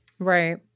Right